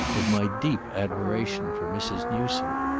of my deep admiration for mrs. newsome.